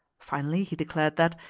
finally he declared that,